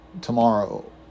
tomorrow